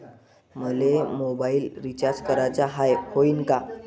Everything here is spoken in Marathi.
मले मोबाईल रिचार्ज कराचा हाय, होईनं का?